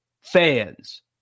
fans